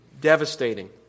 devastating